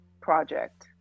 project